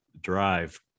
drive